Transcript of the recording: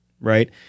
right